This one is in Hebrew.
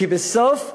כי בסוף,